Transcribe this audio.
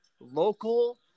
local